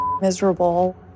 miserable